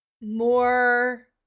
more